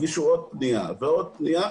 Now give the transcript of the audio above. הגישו עוד פנייה ועוד פנייה,